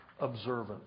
observant